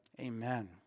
Amen